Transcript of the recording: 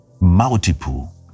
multiple